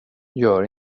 gör